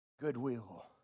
Goodwill